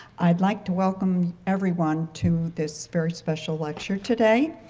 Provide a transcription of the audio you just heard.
i'd like to welcome everyone to this very special lecture today.